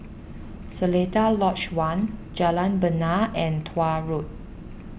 Seletar Lodge one Jalan Bena and Tuah Road